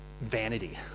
vanity